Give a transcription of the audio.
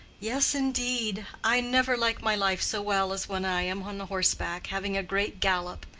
yes, indeed i never like my life so well as when i am on horseback, having a great gallop.